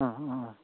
अ अ